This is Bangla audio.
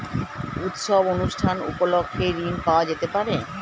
উৎসব অনুষ্ঠান উপলক্ষে ঋণ পাওয়া যেতে পারে?